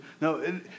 No